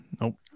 Nope